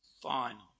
final